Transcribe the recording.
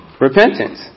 Repentance